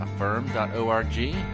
Affirm.org